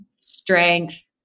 strength